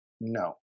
no